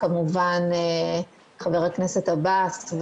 חבר הכנסת עבאס,